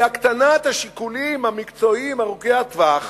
הקטנת השיקולים המקצועיים ארוכי הטווח